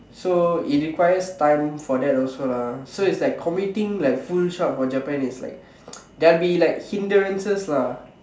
so it requires time for that also lah so it's like committing like full shot for Japan is like there will be like hindrances lah